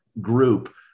group